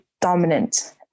dominant